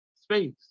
space